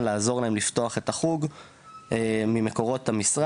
לעזור להם לפתוח את החוג ממקורות המשרד.